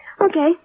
Okay